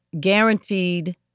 guaranteed